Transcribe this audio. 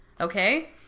okay